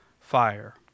fire